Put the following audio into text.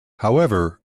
however